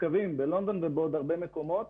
קווים בלונדון ובעוד הרבה מקומות.